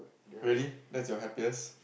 really that's your happiest